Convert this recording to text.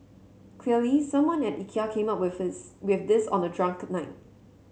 clearly someone at Ikea came up with his with this on a drunk night